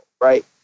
right